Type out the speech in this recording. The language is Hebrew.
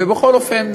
ובכל אופן,